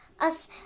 Us